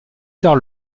tard